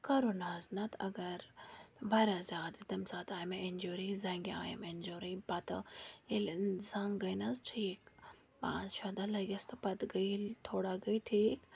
کَرُن حظ نَتہٕ اگر واریاہ زیادٕ تَمہِ ساتہٕ آیہِ مےٚ اِنجُری زنٛگہِ آیَم اِنجُری پَتہٕ ییٚلہِ اِنسان گٔے نہٕ حظ ٹھیٖک پانٛژھ شےٚ دۄہ لٔگِس تہٕ پَتہٕ گٔے ییٚلہِ تھوڑا گٔے ٹھیٖک